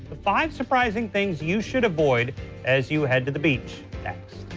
the five surprising things you should avoid as you head to the beach. next.